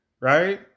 right